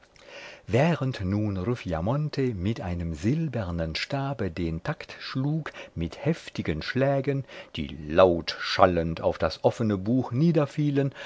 während nun ruffiamonte mit einem silbernen stabe den takt schlug mit heftigen schlägen die laut schallend auf das offne buch